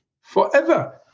forever